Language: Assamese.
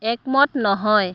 একমত নহয়